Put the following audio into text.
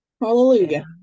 Hallelujah